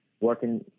working